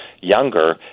younger